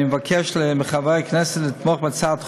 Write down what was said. אני מבקש מחברי הכנסת לתמוך בהצעת החוק,